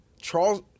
Charles